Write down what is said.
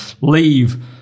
leave